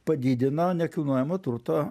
padidina nekilnojamo turto